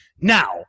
Now